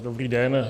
Dobrý den.